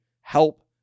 Help